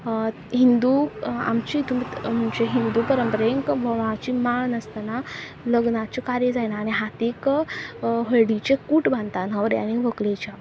हिंदू आमचे हितून हिंदू परंपरेक वोवळांची माळ नासतना लग्नाचे कार्य जायना आनी हातीक हळडीचे कूट बांदतात न्हवऱ्याच्या आनी व्हंकलेच्या